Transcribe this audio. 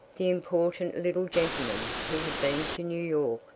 the important little gentleman who had been to new york,